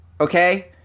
Okay